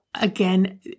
again